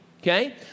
Okay